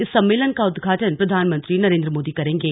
इस सम्मेलन का उद्घाटन प्रधानमंत्री नरेन्द्र मोदी करेंगे